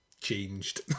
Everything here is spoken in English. changed